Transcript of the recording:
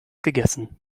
gegessen